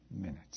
minutes